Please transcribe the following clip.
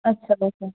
अच्छा तसं